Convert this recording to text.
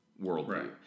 worldview